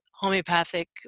homeopathic